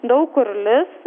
daug kur lis